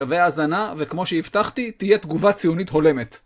האזנה, וכמו שהבטחתי, תהיה תגובה ציונית הולמת.